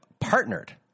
partnered